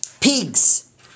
pigs